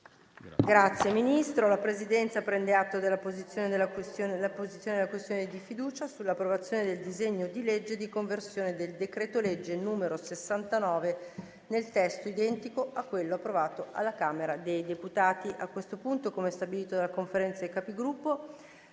nuova finestra"). La Presidenza prende atto della posizione della questione di fiducia sull'approvazione del disegno di legge di conversione del decreto-legge n. 69, nel testo identico a quello approvato dalla Camera dei deputati. Come stabilito dalla Conferenza dei Capigruppo,